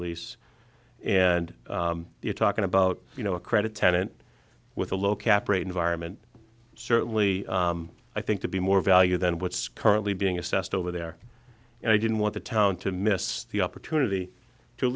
lease and you're talking about you know a credit tenant with a low cap rate environment certainly i think to be more value than what's currently being assessed over there and i didn't want the town to miss the opportunity to